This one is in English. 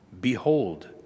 Behold